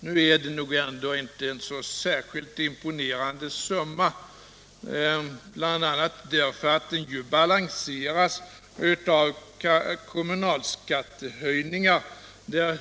Nu är nog detta ändå inte en så särskilt imponerande summa, bl.a. därför att den balanseras av kommunalskattehöjningar.